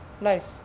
life